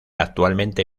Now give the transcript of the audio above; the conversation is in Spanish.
actualmente